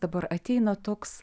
dabar ateina toks